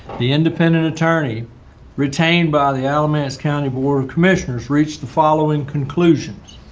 the independent attorney retained by the alamance county board of commissioners reached the following conclusions.